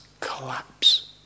collapse